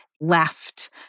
left